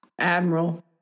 Admiral